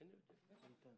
אין הבדל.